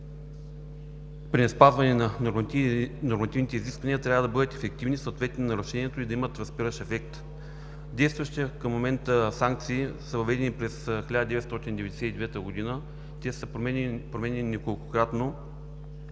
при неспазване на нормативните изисквания, трябва да бъдат ефективни и съответно нарушенията, за да имат възпиращ ефект. Действащите към момента санкции са въведени и през 1999 г. Те са променяни няколкократно,